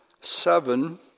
seven